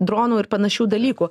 dronų ir panašių dalykų